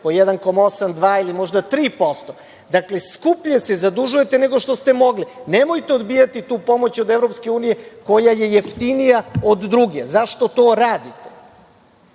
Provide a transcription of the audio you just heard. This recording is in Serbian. po 1,82, ili možda 3%. Dakle, skuplje se zadužujete nego što ste mogli. Nemojte odbijati tu pomoć od EU, koja je jeftinija od druge. Zašto to radite? Kako